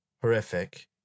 horrific